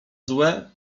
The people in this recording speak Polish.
złe